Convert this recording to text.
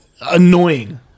annoying